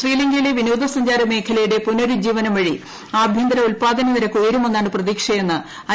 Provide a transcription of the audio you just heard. ശ്രീലങ്കയിലെ വിനോദ സഞ്ചാരമേഖലയുടെ പുനരുജ്ജീവനം വഴി ആഭ്യന്തര ഉൽപാദന നിരക്ക് ഉയരുമെന്നാണ് പ്രതീക്ഷയെന്ന് ഐ